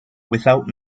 without